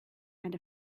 and